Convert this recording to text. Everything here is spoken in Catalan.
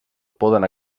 poden